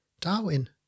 Darwin